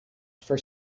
for